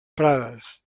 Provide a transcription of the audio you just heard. prades